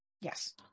Yes